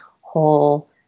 whole